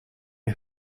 una